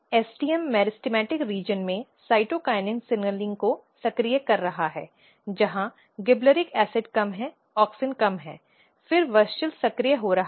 STM meristematic क्षेत्र में cytokinin signalling को सक्रिय कर रहा है जहां गिबरेलिक एसिड कम है ऑक्सिन कम है फिर WUSCHEL सक्रिय हो रहा है